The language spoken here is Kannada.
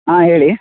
ಹಾಂ ಹೇಳಿ